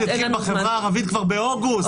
התחיל בחברה הערבית כבר באוגוסט.